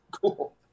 cool